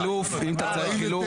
הצבעה לא אושר.